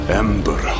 ember